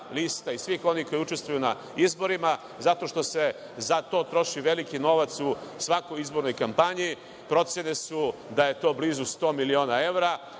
lista i svih onih koji učestvuju na izborima, zato što se za to troši veliki novac u svakoj izbornoj kampanji. Procene su da je to blizu 100 miliona evra.